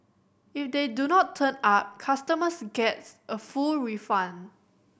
if they do not turn up customers gets a full refund